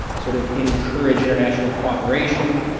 sort of encourage international cooperation,